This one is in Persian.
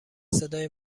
صدای